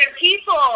people